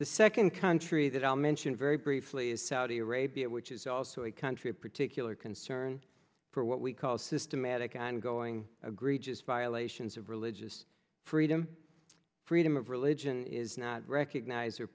the second country that i'll mention very briefly is saudi arabia which is also a country of particular concern for what we call systematic ongoing agree just violations of religious freedom freedom of religion is not recognize